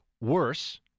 worse